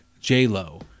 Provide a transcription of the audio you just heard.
J-Lo